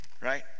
right